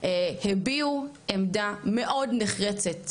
הביעו עמדה מאוד נחרצת